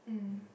mm